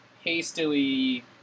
hastily